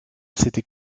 s’était